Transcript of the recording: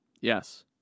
yes